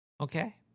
Okay